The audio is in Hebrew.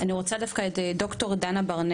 אני רוצה לשמוע את דנה ברנע,